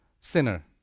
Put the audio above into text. sinner